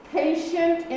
patient